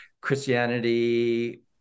Christianity